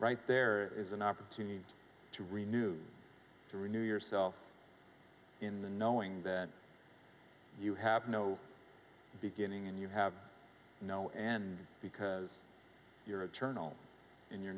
right there is an opportunity to renewed to renew yourself in the knowing that you have no beginning and you have no end because your internal in your